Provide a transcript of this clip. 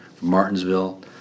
Martinsville